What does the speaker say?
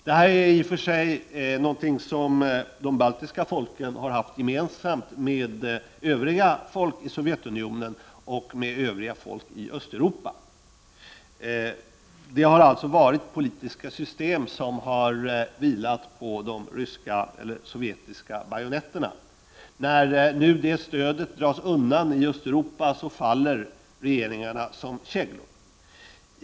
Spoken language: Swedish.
Detta är en situation som de baltiska folken har haft gemensamt med övriga folk i Sovjetunionen och med övriga folk i Östeuropa. Det har alltså varit politiska system som har vilat på de sovjetiska bajonetterna. När nu det stödet dras undan i Östeuropa faller regeringarna som käglor.